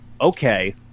okay